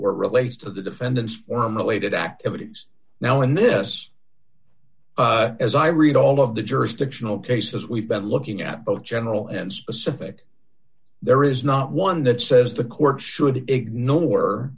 were related to the defendant's firm related activities now in this as i read all of the jurisdictional cases we've been looking at both general and specific there is not one that says the court should ignore